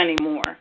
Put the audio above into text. anymore